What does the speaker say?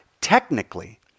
technically